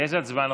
יש הצבעה.